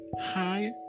Hi